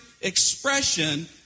expression